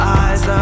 eyes